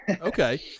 okay